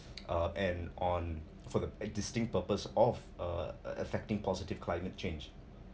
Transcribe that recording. uh and on for the existing purpose of uh affecting positive climate change